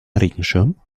regenschirm